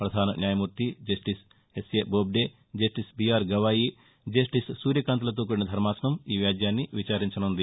ప్రధాన న్యాయమూర్తి justice SA బోజ్లే justice BR Gavai justice Suryakant లతో కూడిన ధర్మాసనం ఈ వ్యాజ్యాన్ని విచారించనుంది